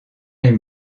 les